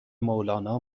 مولانا